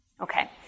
Okay